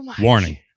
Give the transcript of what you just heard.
warning